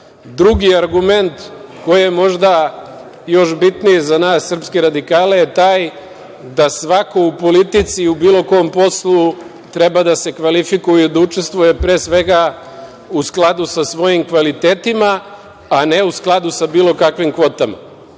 sada. Drugi argument, koji je možda još bitniji za nas srpske radikale, je taj da svako u politici i u bilo kom poslu treba da se kvalifikuje i da učestvuje pre svega u skladu sa svojim kvalitetima, a ne u skladu sa bilo kakvim kvotama.